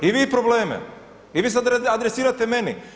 I vidi probleme i vi sad adresirate meni.